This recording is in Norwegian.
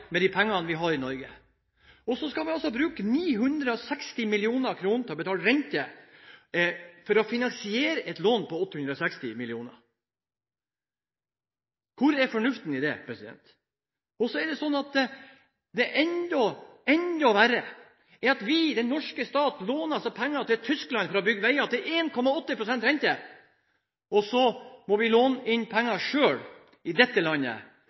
med de pengene vi har i Norge. Så skal vi altså bruke 960 mill. kr til å betale renter for å finansiere et lån på 860 mill. kr. Hvor er fornuften i det? Det som er enda mye verre, er at den norske stat låner penger til Tyskland til 1,8 pst. rente for å bygge veier, mens vi i dette landet